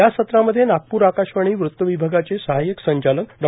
या सत्रामध्ये नागप्र आकाशवाणी वृत विभागाचे सहायक संचालक डॉ